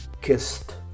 kissed